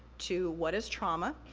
to what is trauma?